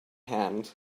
hand